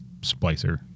splicer